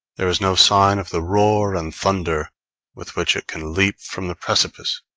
there is no sign of the roar and thunder with which it can leap from the precipice,